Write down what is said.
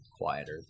quieter